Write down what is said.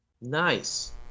Nice